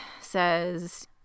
says